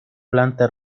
planta